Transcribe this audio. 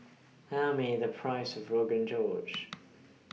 Tell Me The Price of Rogan Josh